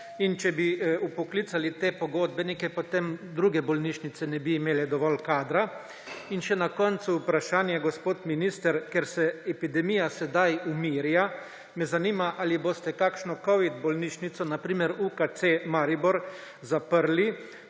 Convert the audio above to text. Če bi vpoklicali te pogodbenike, potem druge bolnišnice ne bi imele dovolj kadra. In še na koncu vprašanje, gospod minister, ker se epidemija sedaj umirja me zanima: Ali boste kakšno covid bolnišnico, na primer UKC Maribor, zaprli,